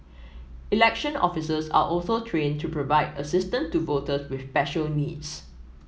election officers are also trained to provide assistance to voters with special needs